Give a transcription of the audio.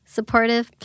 Supportive